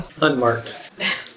Unmarked